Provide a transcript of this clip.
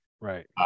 Right